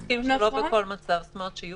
אבל אם אתה מסכים שלא בכל מצב זאת אומרת שיהיו